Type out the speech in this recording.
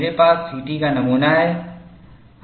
मेरे पास सीटी का नमूना है